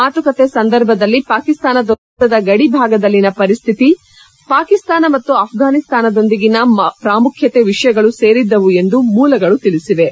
ಮಾತುಕತೆ ಸಂದರ್ಭದಲ್ಲಿ ಪಾಕಿಸ್ತಾನದೊಂದಿಗಿನ ಭಾರತದ ಗಡಿ ಭಾಗದಲ್ಲಿನ ಪರಿಸ್ತಿತಿ ಪಾಕಿಸ್ತಾನ ಮತ್ತು ಅಪ್ಪಾನಿಸ್ತಾನದೊಂದಿಗಿನ ಪ್ರಾಮುಖ್ಯತೆ ವಿಷಯಗಳು ಸೇರಿದ್ದವು ಎಂದು ಮೂಲಗಳು ತಿಳಿಸಿವೆ